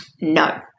No